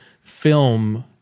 film